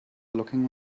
looking